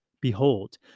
behold